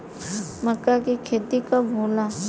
मक्का के खेती कब होला?